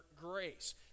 grace